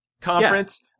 conference